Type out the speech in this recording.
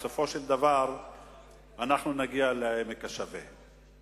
בסופו של דבר נגיע לעמק השווה.